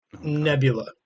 Nebula